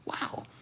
Wow